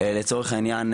לצורך העניין,